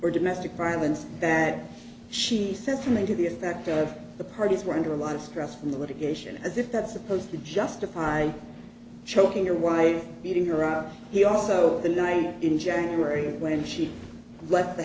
or domestic violence that she said something to the effect of the parties were under a lot of stress from the litigation as if that's supposed to justify choking or why beating her up he also the night in january when she left the